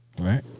right